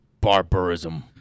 Barbarism